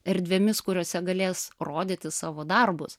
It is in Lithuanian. erdvėmis kuriose galės rodyti savo darbus